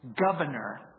governor